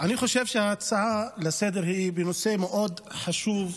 אני חושב שההצעה לסדר-היום היא בנושא מאוד חשוב,